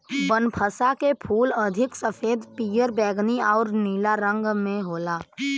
बनफशा के फूल अधिक सफ़ेद, पियर, बैगनी आउर नीला रंग में होला